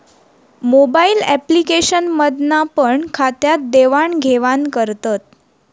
mobile application मधना पण खात्यात देवाण घेवान करतत